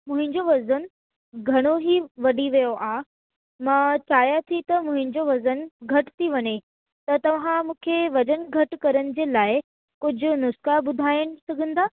मुंहिंजो वज़न घणोई वधी वियो आहे मां चाहियां थी त मुंहिंजो वज़न घटिजी वञे त तव्हां मूंखे वज़न घटि करण जे लाइ कुझु नुस्ख़ा ॿुधाए सघंदा